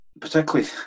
particularly